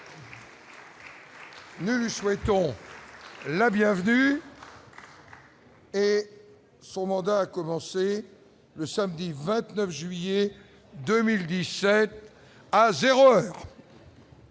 Nous ne souhaitons la bienvenue. Et son mandat a commencé samedi 29 juillet 2010 à 0. L'ordre